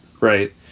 Right